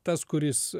tas kuris